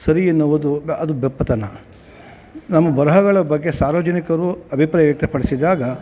ಸರಿ ಎನ್ನುವುದು ಅದು ಬೆಪ್ಪುತನ ನಮ್ಮ ಬರಹಗಳ ಬಗ್ಗೆ ಸಾರ್ವಜನಿಕರು ಅಭಿಪ್ರಾಯ ವ್ಯಕ್ತಪಡಿಸಿದಾಗ